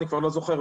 אני כבר לא זוכר,